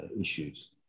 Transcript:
issues